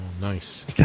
Nice